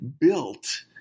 built